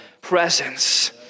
presence